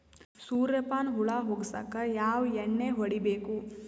ಸುರ್ಯಪಾನ ಹುಳ ಹೊಗಸಕ ಯಾವ ಎಣ್ಣೆ ಹೊಡಿಬೇಕು?